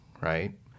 right